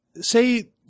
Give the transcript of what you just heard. Say